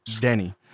Denny